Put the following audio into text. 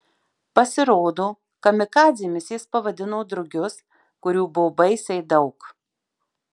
pasirodo kamikadzėmis jis pavadino drugius kurių buvo baisiai daug